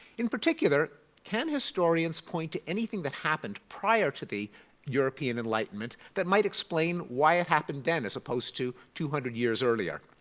in particular, can historians point to anything that happened prior to the european enlightenment that might explain why it happened then, as opposed to two hundred years earlier?